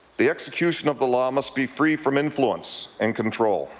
the execution of the law must be free from influence and control,